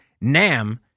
Nam